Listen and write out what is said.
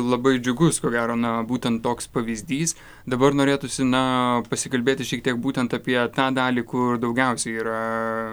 labai džiugus ko gero na būtent toks pavyzdys dabar norėtųsi na pasikalbėti šiek tiek būtent apie tą dalį kur daugiausia yra